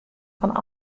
fan